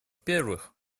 первых